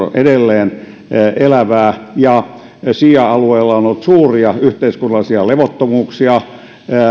on edelleen elävää ja siia alueella on ollut suuria yhteiskunnallisia levottomuuksia